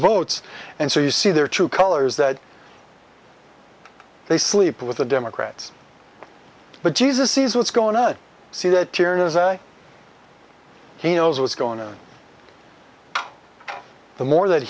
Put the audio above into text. votes and so you see their true colors that they sleep with the democrats but jesus sees what's going to see that he knows what's going on the more that